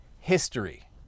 history